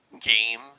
game